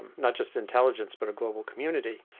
and not just intelligence, but a global community.